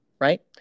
right